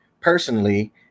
personally